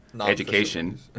education